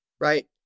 right